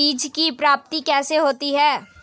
बीज की प्राप्ति कैसे होती है?